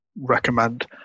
recommend